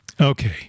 Okay